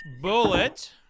Bullet